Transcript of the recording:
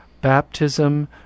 Baptism